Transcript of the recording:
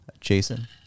Jason